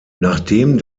nachdem